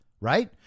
right